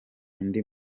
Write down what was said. undi